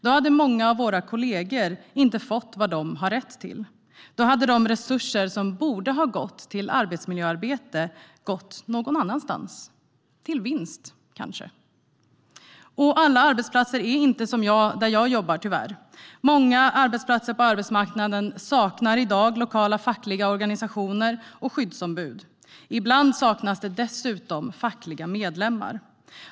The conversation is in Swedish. Då hade många av våra kollegor inte fått vad de har rätt till. Då hade de resurser som borde ha gått till arbetsmiljöarbete gått någon annanstans, kanske till vinst. Alla arbetsplatser är inte som där jag jobbar, tyvärr. Många arbetsplatser på arbetsmarknaden saknar i dag lokala fackliga organisationer och skyddsombud. Ibland saknas det dessutom fackliga medlemmar.